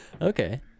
Okay